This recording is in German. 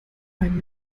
einen